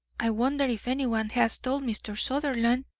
i wonder if anyone has told mr. sutherland.